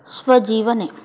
स्वजीवने